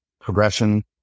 progression